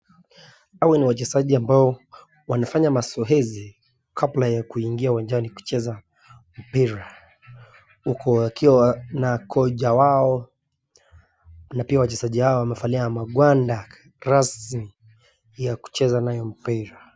Hawa ni wachezaji ambao wanafanya mazoezi kabla ya kuingia uwanjani mpira huku akiwa na koja wao wachezaji hawa wamevalia ya makwnda rasmi ya kuchezea nayo mpira.